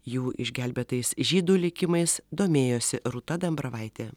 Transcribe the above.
jų išgelbėtais žydų likimais domėjosi rūta dambravaitė